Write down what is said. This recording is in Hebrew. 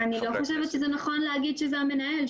אני לא חושבת שזה נכון להגיד שזה המנהל.